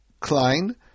Klein